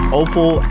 opal